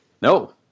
No